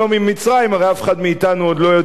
הרי אף אחד מאתנו עוד לא יודע לאן הוא ילך.